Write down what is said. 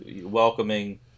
welcoming